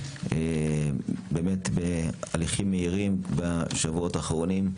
באמת בהליכים מהירים בשבועות האחרונים,